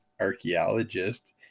archaeologist